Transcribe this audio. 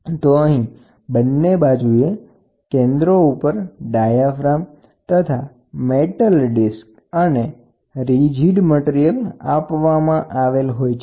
તો અહીં બંને બાજુએ કેન્દ્રો ઉપર ડાયાફાર્મ સાથે મેટલ ડીસ્ક અથવા સખત પદાર્થ આપવામાં આવેલ હોય છે